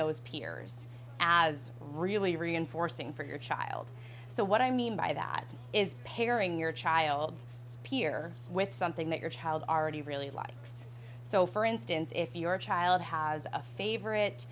those peers as really reinforcing for your child so what i mean by that is pairing your child it's peer with something that your child already really likes so for instance if your child has a favorite